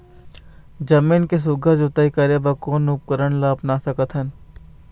जमीन के सुघ्घर जोताई करे बर कोन उपकरण ला अपना सकथन?